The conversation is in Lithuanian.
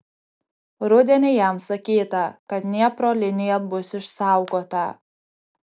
rudenį jam sakyta kad dniepro linija bus išsaugota